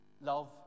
love